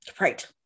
Right